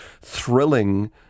thrilling